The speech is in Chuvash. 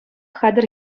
хатӗр